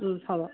হ'ব